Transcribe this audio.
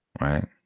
Right